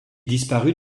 disparut